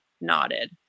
nodded